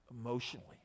emotionally